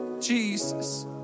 Jesus